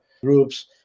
groups